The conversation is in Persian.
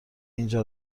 اینجا